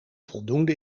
voldoende